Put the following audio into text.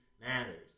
matters